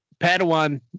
Padawan